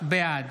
בעד